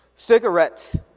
Cigarettes